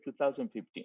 2015